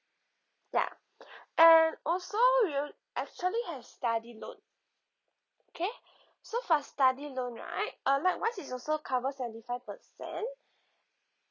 ya and also we'll actually have study loan okay so for study loan right uh likewise it's also cover seventy five percent